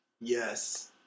Yes